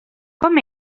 com